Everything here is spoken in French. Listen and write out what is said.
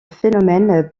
phénomène